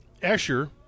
Escher